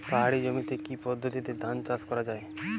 পাহাড়ী জমিতে কি পদ্ধতিতে ধান চাষ করা যায়?